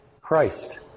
Christ